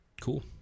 Cool